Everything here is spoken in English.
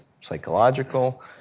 psychological